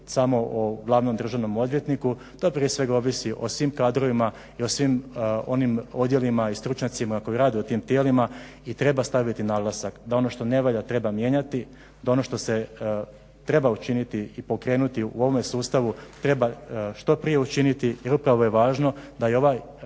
samo o Glavnom državnom odvjetniku, to prije svega ovisi o svim kadrovima i o svim onim odjelima i stručnjacima koji rade u tim tijelima i treba staviti naglasak da ono što ne valja treba mijenjati, da ono što se treba učiniti i pokrenuti u ovome sustavu treba što prije učiniti jer upravo je važno da i ova